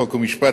חוק ומשפט,